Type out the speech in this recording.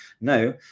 no